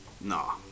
No